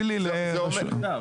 אני לא מבין.